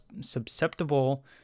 susceptible